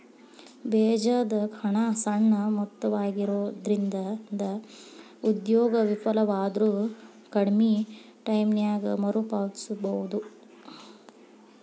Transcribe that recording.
ಬೇಜದ ಹಣ ಸಣ್ಣ ಮೊತ್ತವಾಗಿರೊಂದ್ರಿಂದ ಉದ್ಯೋಗ ವಿಫಲವಾದ್ರು ಕಡ್ಮಿ ಟೈಮಿನ್ಯಾಗ ಮರುಪಾವತಿಸಬೋದು